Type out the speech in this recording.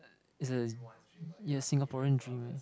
it's a it's a Singaporean dream eh